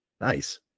Nice